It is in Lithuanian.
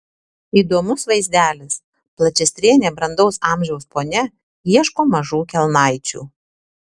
įdomus vaizdelis plačiastrėnė brandaus amžiaus ponia ieško mažų kelnaičių